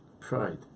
pride